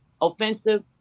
offensive